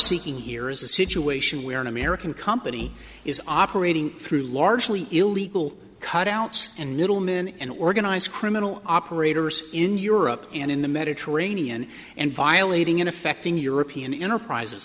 seeking here is a situation where an american company is operating through largely illegal cutouts and middlemen and organized criminal operators in europe and in the mediterranean and violating in affecting european enterprises